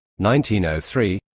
1903